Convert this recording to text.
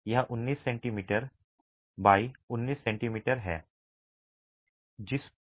यह 19 सेमी x 9 सेमी है